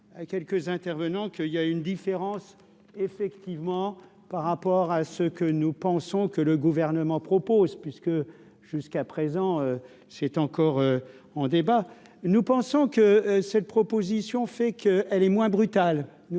à quelques intervenants, qu'il y a une différence effectivement par rapport à ce que nous pensons que le gouvernement propose puisque jusqu'à présent, c'est encore en débat, nous pensons que cette proposition fait que elle est moins brutal,